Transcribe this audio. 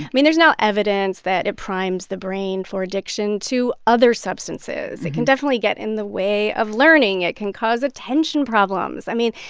i mean, there's now evidence that it primes the brain for addiction to other substances. it can definitely get in the way of learning. it can cause attention problems. i mean,